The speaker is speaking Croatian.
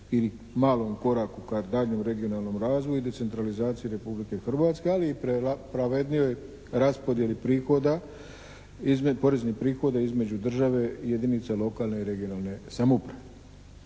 i malom koraku ka daljnjem regionalnom razvoju i decentralizaciji Republike Hrvatske, ali i pravednijoj raspodjeli poreznih prihoda između države i jedinice lokalne i regionalne samouprave.